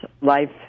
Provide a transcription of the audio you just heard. life